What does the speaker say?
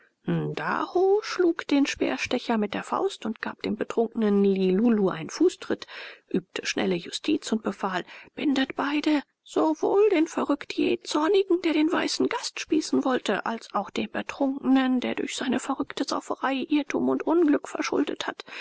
ndaho schlug den speerstecher mit der faust und gab dem betrunkenen lilulu einen fußtritt übte schnelle justiz und befahl bindet beide sowohl den verrückt jähzornigen der den weißen gast spießen wollte als auch den betrunkenen der durch seine verrückte sauferei irrtum und unglück verschuldet hat